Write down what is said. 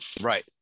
Right